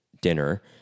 dinner